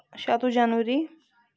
شَتوُہ جٮ۪نؤری